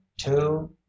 two